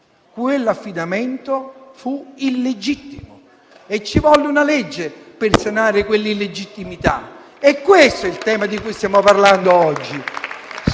Quell'affidamento fu illegittimo e ci volle una legge per sanare quell'illegittimità. È questo il tema di cui stiamo parlando oggi.